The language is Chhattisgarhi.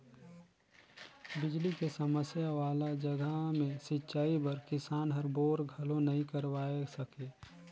बिजली के समस्या वाला जघा मे सिंचई बर किसान हर बोर घलो नइ करवाये सके